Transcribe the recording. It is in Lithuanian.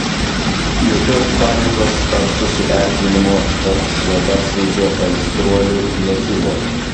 jokios panikos ar susierzinimo tarp šratasvydžio aistruolių nekilo